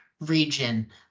region